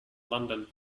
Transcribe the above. london